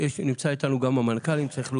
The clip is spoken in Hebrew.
נמצא איתנו גם המנכ"ל אם צריך להוסיף.